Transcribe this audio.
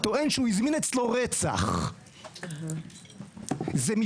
כמה --- אלוהים ישמור.